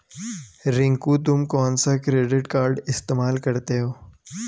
रिंकू तुम कौन सा क्रेडिट कार्ड इस्तमाल करते हो?